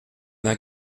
d’un